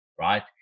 right